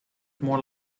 more